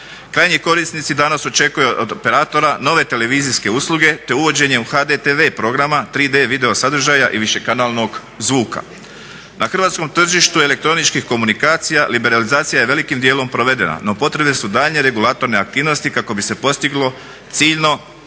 Krajnji korisnici danas očekuju od operatora nove televizijske usluge te uvođenjem HDTV programa, 3D video sadržaja i višekanalnog zvuka. Na hrvatskom tržištu elektroničkih komunikacija liberalizacija je velikim dijelom provedena no potrebne su daljnje regulatorne aktivnosti kako bi se postiglo ciljno stanje